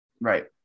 Right